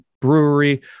Brewery